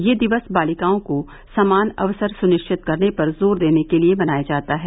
यह दिवस बालिकाओं को समान अवसर सुनिश्चित करने पर जोर देने के लिए मनाया जाता है